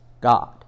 God